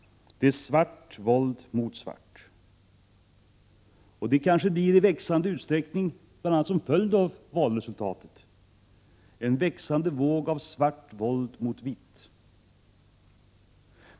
Det är svart våld mot svart. Det blir kanske också, bl.a. som en följd av valresultatet, en växande våg av svart våld mot vit.